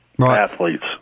athletes